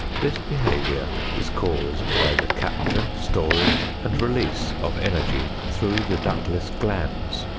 this behavior is caused by the capture, storage and release of energy through the ductless glands.